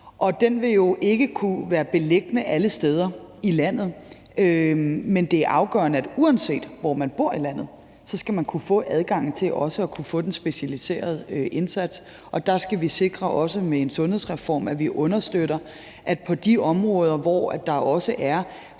den vil jo ikke kunne ligge alle steder i landet. Men det er afgørende, at uanset hvor man bor i landet, skal man kunne få adgang til den specialiserede indsats, og der skal vi også med en sundhedsreform sikre, at vi understøtter, at vi på de områder, hvor der er